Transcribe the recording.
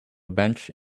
bench